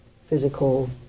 physical